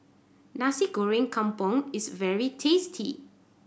Nasi Goreng Kampung is very tasty